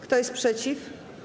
Kto jest przeciw?